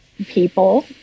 people